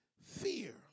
fear